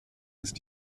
ist